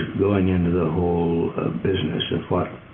going into the whole business of what